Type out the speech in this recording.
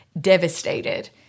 devastated